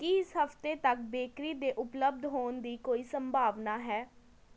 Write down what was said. ਕੀ ਇਸ ਹਫ਼ਤੇ ਤੱਕ ਬੇਕਰੀ ਦੇ ਉਪਲਬਧ ਹੋਣ ਦੀ ਕੋਈ ਸੰਭਾਵਨਾ ਹੈ